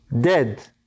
dead